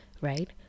right